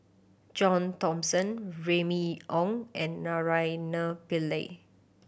John Thomson Remy Ong and Naraina Pillai